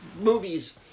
movies